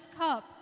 cup